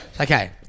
Okay